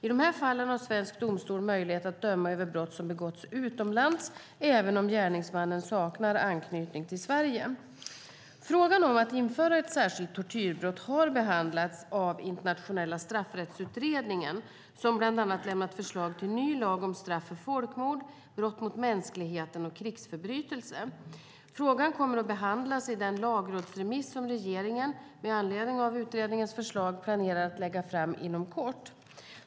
I dessa fall har svensk domstol möjlighet att döma över brott som begåtts utomlands, även om gärningsmannen saknar anknytning till Sverige. Frågan om att införa ett särskilt tortyrbrott har behandlats av Internationella straffrättsutredningen, som bland annat lämnat förslag till ny lag om straff för folkmord, brott mot mänskligheten och krigsförbrytelse. Frågan kommer att behandlas i den lagrådsremiss som regeringen, i anledning av utredningens förslag, planerar att lägga fram inom kort.